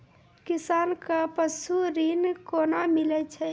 किसान कऽ पसु ऋण कोना मिलै छै?